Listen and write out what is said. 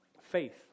faith